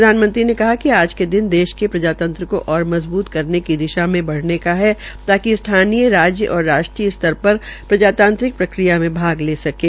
प्रधानमंत्री ने कहा कि आज के दिन देश के प्रजातंत्र को ओर मजबूत करने की दिशा में बढ़ने का है ताकि स्थानीय राज्य तथा राष्ट्रीय स्तर पर प्रजातांत्रिक प्रक्रिया में भाग सकें